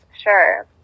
sure